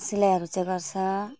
सिलाईहरू चाहिँ गर्छ